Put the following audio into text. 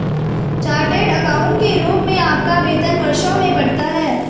chartered accountant के रूप में आपका वेतन वर्षों में बढ़ता है